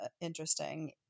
interesting